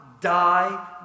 die